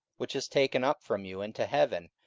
which is taken up from you into heaven,